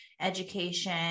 education